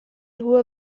hohe